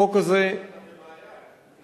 אדוני היושב-ראש, אתה בבעיה.